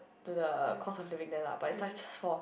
to the cost of living there lah but it's like just for